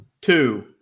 two